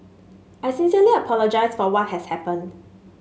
I sincerely apologise for what has happened